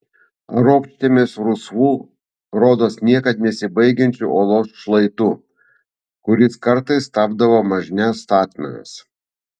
ropštėmės rusvu rodos niekad nesibaigsiančiu uolos šlaitu kuris kartais tapdavo mažne statmenas